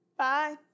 Bye